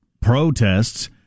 protests